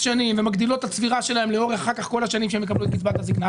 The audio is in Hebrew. שנים ומגדילות את הצבירה שלהן לאורך כל השנים שהן יקבלו את קצבת הזקנה.